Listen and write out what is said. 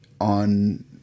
on